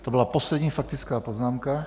To byla poslední faktická poznámka.